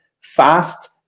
fast